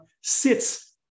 sits